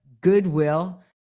goodwill